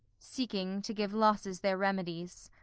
seeking to give losses their remedies'